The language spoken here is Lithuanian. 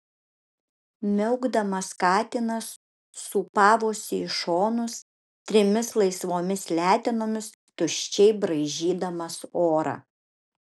miaukdamas katinas sūpavosi į šonus trimis laisvomis letenomis tuščiai braižydamas orą